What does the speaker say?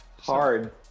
hard